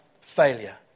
failure